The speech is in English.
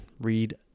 read